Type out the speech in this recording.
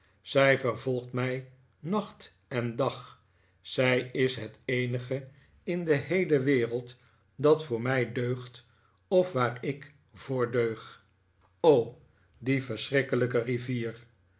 zij vervolgt mij nacht en dag zij is het eenige in de heele wereld dat voor mij deugt of waar ik voor deug o die verschrikkelijke rivier